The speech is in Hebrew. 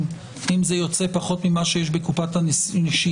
אם זה יוצר פחות ממה שיש בקופת הנשייה.